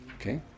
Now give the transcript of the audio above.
Okay